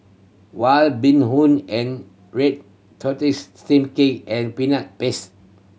White Bee Hoon and red tortoise steamed cake and Peanut Paste